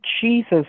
Jesus